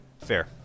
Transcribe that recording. Fair